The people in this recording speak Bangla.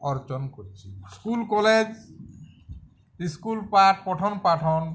অর্জন করছে স্কুল কলেজ স্কুল পাঠ পঠনপাঠন